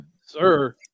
sir